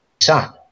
son